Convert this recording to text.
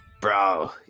Bro